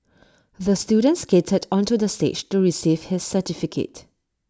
the student skated onto the stage to receive his certificate